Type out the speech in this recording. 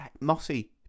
mossy